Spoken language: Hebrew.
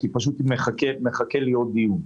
כי פשוט מחכה לי עוד דיון.